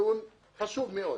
נתון חשוב מאוד